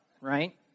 right